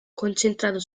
concentrato